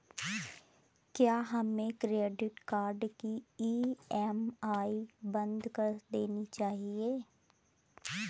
क्या हमें credit card की ई.एम.आई बंद कर देनी चाहिए?